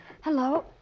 Hello